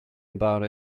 about